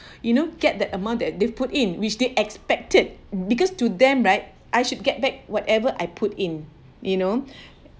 you know get the amount that they've put in which they expected because to them right I should get back whatever I put in you know